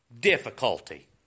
difficulty